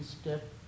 step